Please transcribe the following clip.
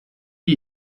die